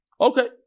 Okay